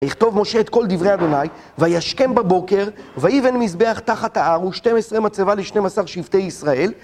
ויכתוב משה את כל דברי ה', וישכם בבוקר, ויבן מזבח תחת הער ו-12 מצבה ל-12 שבטי ישראל